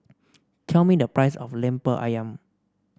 tell me the price of lemper ayam